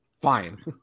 Fine